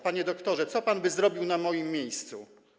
Panie doktorze, co pan by zrobił na moim miejscu?